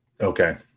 Okay